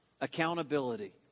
accountability